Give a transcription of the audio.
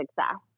success